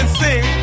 sing